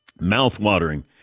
Mouth-watering